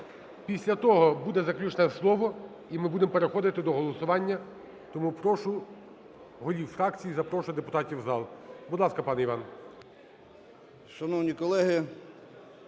Після того буде заключне слово, і ми будемо переходити до голосування. Тому прошу голів фракцій запрошувати депутатів в зал. Будь ласка, пане Іван.